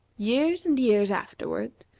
years and years afterward,